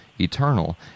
eternal